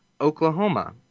Oklahoma